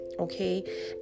Okay